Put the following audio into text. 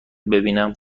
ببینم